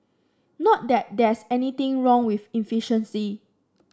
not that there's anything wrong with efficiency